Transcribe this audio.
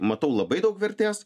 matau labai daug vertės